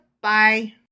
Bye